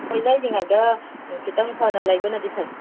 ꯍꯣꯏ ꯂꯩꯔꯤꯉꯩ ꯈꯤꯇꯪ ꯐꯅ ꯂꯩꯕꯅꯗꯤ ꯐꯩ